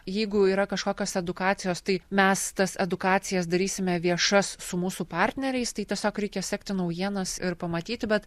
jeigu yra kažkokios edukacijos tai mes tas edukacijas darysime viešas su mūsų partneriais tai tiesiog reikia sekti naujienas ir pamatyti bet